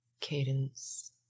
cadence